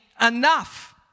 enough